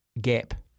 gap